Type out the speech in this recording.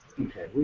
Okay